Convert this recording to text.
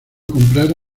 comprar